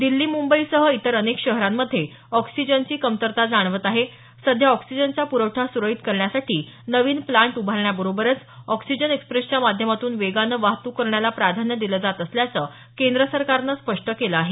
दिल्ली मुंबईसह इतर अनेक शहरांमध्ये ऑक्सिजनची कमतरता जाणवत आहे सध्या ऑक्सिजनचा प्रवठा सुरळीत करण्यासाठी नवीन प्रांट उभारण्याबरोबर ऑक्सिजन एक्सप्रेसच्या माध्यमातून वेगानं वाहतूक करण्याला प्राधान्य दिलं जात असल्याचं केंद्र सरकारनं स्पष्ट केलं आहे